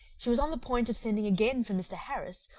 she was on the point of sending again for mr. harris,